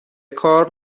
کار